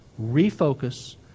refocus